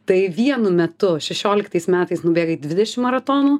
tai vienu metu šešioliktais metais nubėgai dvidešim maratonų